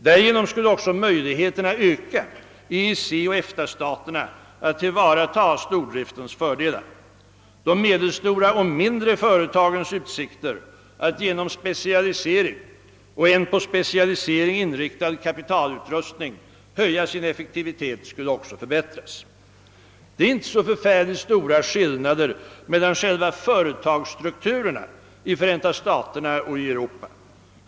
Därigenom skulle också möjligheterna öka för EEC och EFTA-staterna att tillvarata stordriftens fördelar. De medelstora och mindre företagens utsikter att genom specialisering och en på specialisering inriktad kapitalutrustning höja sin effektivitet skulle också förbättras. Det är inte så stora skillnader mellan företagsstrukturerna i Förenta staterna och i Europa.